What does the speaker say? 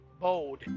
bold